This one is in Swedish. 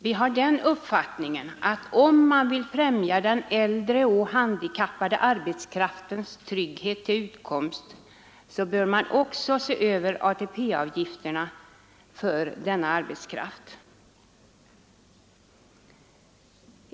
Vi har den uppfattningen att om man vill främja den äldre och handikappade arbetskraftens trygghet till utkomst, bör man också se över ATP-avgifterna för denna arbetskraft.